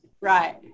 Right